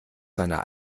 seiner